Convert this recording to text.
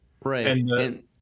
Right